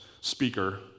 speaker